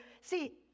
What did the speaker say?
See